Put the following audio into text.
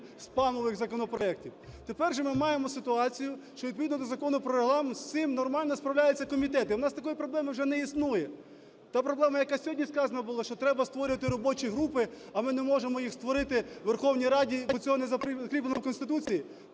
спамових законопроектів. Тепер же ми маємо ситуацію, що відповідно до Закону про Регламент з цим нормально справляється комітет, і в нас такої проблеми вже не існує. Та проблема, яка сьогодні сказана була, що треба створювати робочі групи, а ми не можемо їх створити у Верховній Раді, бо цього не закріплено в Конституції.